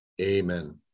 Amen